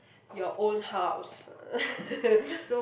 your own house